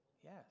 Yes